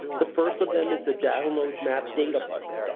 the first of them is the download map data button.